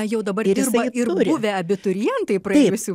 jau dabar dirba ir buvę abiturientai praėjusių